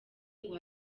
ngo